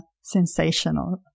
sensational